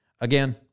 Again